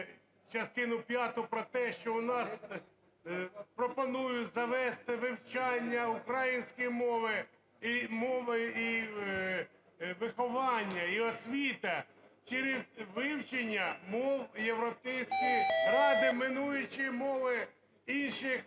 частину п'яту про те, що в нас пропонують завести вивчення української мови і мови і виховання, і освіта через вивчення мов Європейської Ради, минаючи мови інших